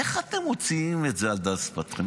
איך אתם מעלים את זה על דל שפתכם?